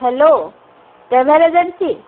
hello travel agency